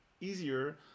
easier